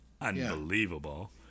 unbelievable